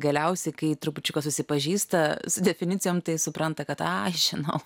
galiausiai kai trupučiuką susipažįsta su definicijom tai supranta kad ai žinau